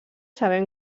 sabem